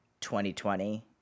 2020